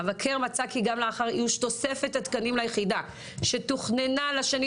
המבקר מצא כי גם לאחר איוש תוספת תקנים ליחידה שתוכננה לשנים